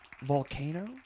Volcano